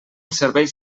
serveix